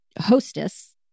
hostess